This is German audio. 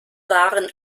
waren